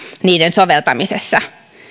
niiden soveltamisessa